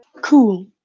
Cool